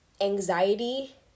anxiety